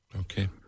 Okay